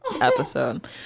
episode